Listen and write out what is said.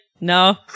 no